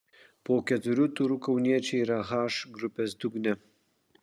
po keturių turų kauniečiai yra h grupės dugne